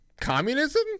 communism